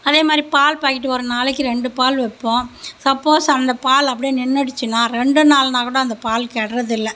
அதே மாதிரி பால் பாக்கெட்டு ஒரு நாளைக்கு ரெண்டு பால் வைப்போம் சப்போஸ் அந்த பால் அப்படியே நின்றுடுச்சுனா ரெண்டு நாள்னா கூட அந்த பால் கெடுறதில்லை